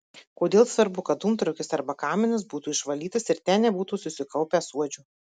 kodėl svarbu kad dūmtraukis arba kaminas būtų išvalytas ir ten nebūtų susikaupę suodžių